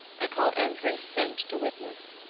i call every saint to witness!